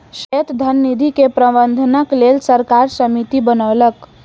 स्वायत्त धन निधि के प्रबंधनक लेल सरकार समिति बनौलक